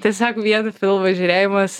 tiesiog vien filmų žiūrėjimas